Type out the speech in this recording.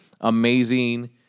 amazing